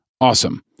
Awesome